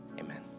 amen